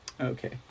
Okay